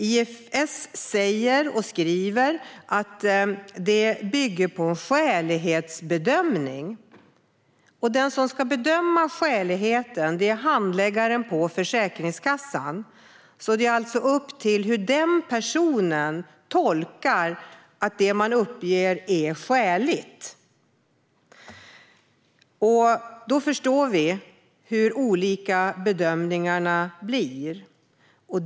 ISF säger och skriver att det bygger på en skälighetsbedömning, och den som ska bedöma skäligheten är handläggaren på Försäkringskassan. Det är alltså upp till denna person att tolka att det man uppger är skäligt. Då förstår vi hur olika bedömningarna blir.